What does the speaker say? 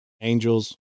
angels